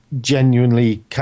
genuinely